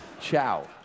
Ciao